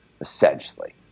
essentially